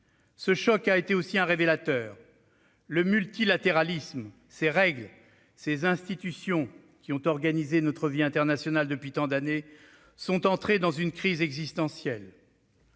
Ce choc a été aussi un révélateur : le multilatéralisme, ses règles et ses institutions, qui ont organisé notre vie internationale depuis tant d'années, sont entrés dans une crise existentielle.